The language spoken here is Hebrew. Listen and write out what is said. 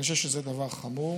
אני חושב שזה דבר חמור,